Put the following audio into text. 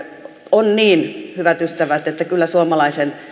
on niin hyvät ystävät että kyllä suomalaisten